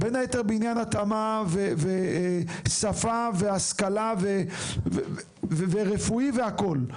בין היתר בעניין התאמה, שפה, השכלה, רפואי והכל.